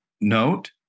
note